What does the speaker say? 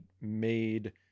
made